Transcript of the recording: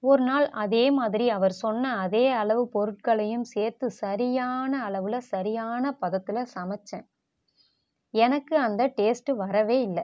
ஒருநாள் அதேமாதிரி அவர் சொன்ன அதே அளவு பொருட்களையும் சேர்த்து சரியான அளவில் சரியான பதத்தில் சமைச்சேன் எனக்கு அந்த டேஸ்ட்டு வரவே இல்லை